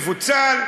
יהיה מפוצל,